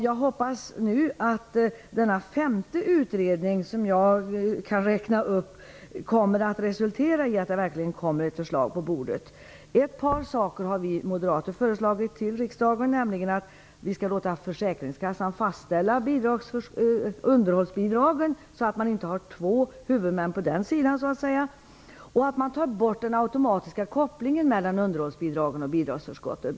Jag hoppas att denna femte utredning som jag kan räkna upp kommer att resultera i att det verkligen kommer ett förslag på bordet. Ett par saker har vi moderater föreslagit riksdagen, nämligen att vi skall låta försäkringskassan fastställa underhållsbidraget, så att man inte har två huvudmän på den sidan, och att man tar bort den automatiska kopplingen mellan underhållsbidraget och bidragsförskottet.